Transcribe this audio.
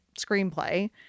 screenplay